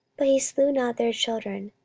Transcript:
but he slew not their children,